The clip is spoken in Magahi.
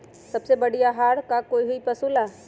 सबसे बढ़िया आहार का होई पशु ला?